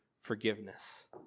forgiveness